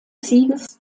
sieges